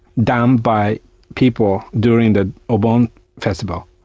done by people during the obon festival.